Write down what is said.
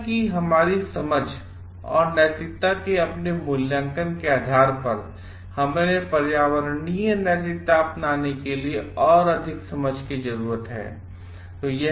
दुनिया की हमारी समझ और नैतिकता के अपने मूल्यांकन के आधार पर हमें पर्यावरणीय नैतिकताअपनाने के लिए और अधिक समझ की जरूरत है